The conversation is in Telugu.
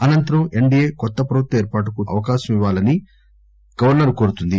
అనంతరం ఎన్దీఏ కొత్త ప్రభుత్వ ఏర్పాటుకు అవకాశం ఇవ్వాలని గవర్నర్ ను కోరుతుంది